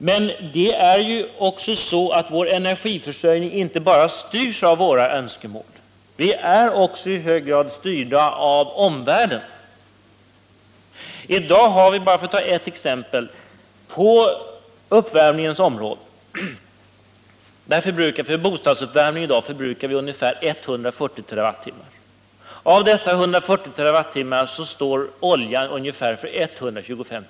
Men vår energiförsörjning styrs inte bara av våra önskemål. Vi är också i hög grad styrda av omvärlden. I dag förbrukar vi, för att ta ett enda exempel, för bostadsuppvärmning ungefär 140 TWh. Av dessa 140 TWh står oljan för ungefär 125.